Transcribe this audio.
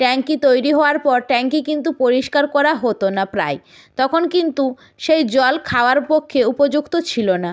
ট্যাংকি তৈরি হওয়ার পর ট্যাংকি কিন্তু পরিষ্কার করা হতো না প্রায় তখন কিন্তু সেই জল খাওয়ার পক্ষে উপযুক্ত ছিলো না